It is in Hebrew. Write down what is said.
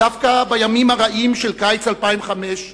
דווקא בימים הרעים של קיץ 2005,